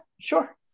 sure